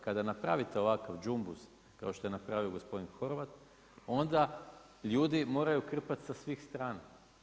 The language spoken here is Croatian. Kada napravite ovakav đumbus kao što je napravio gospodin Horvat, onda ljudi moraju krpati sa svih strana.